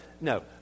no